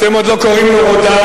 אתם עוד לא קוראים לו רודן,